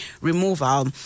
removal